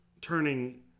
turning